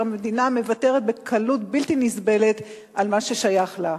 המדינה מוותרת בקלות בלתי נסבלת על מה ששייך לה.